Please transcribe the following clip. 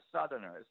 Southerners